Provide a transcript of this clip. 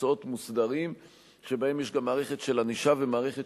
מקצועות מוסדרים שבהם יש גם מערכת של ענישה ומערכת